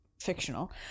fictional